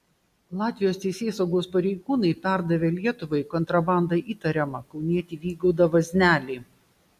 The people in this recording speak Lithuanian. latvijos teisėsaugos pareigūnai perdavė lietuvai kontrabanda įtariamą kaunietį vygaudą vaznelį